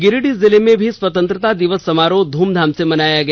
गिरिडीह जिले में भी स्वतंत्रता दिवस समारोह ध्रमधाम से मनाया गया